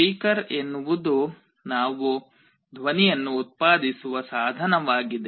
speaker ಎನ್ನುವುದು ನಾವು ಕೆಲವು ಧ್ವನಿಯನ್ನು ಉತ್ಪಾದಿಸುವ ಸಾಧನವಾಗಿದೆ